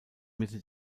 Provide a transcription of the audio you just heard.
mitte